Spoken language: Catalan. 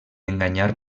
enganyar